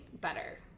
better